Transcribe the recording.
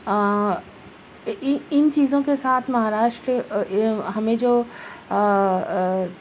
اِن ان چیزوں کے ساتھ مہاراشٹر ہمیں جو